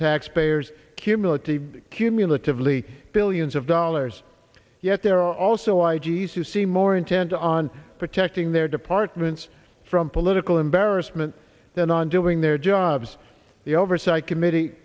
taxpayers cumulative cumulatively billions of dollars yet there are also i g s who seem more intent on protecting their departments from political embarrassment than on doing their jobs the oversight committee